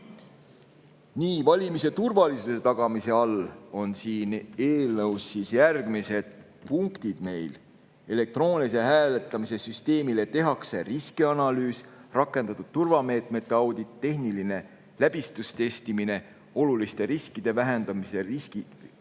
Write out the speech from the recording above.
"Valimiste turvalisuse tagamine" on siin eelnõus järgmised punktid: elektroonilise hääletamise süsteemile tehakse riskianalüüs, rakendatud turvameetmete audit, tehniline läbistustestimine ja oluliste riskide vähendamise riskikäsitlusplaan,